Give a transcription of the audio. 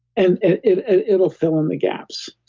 and it'll fill in the gaps.